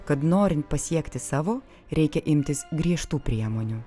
kad norint pasiekti savo reikia imtis griežtų priemonių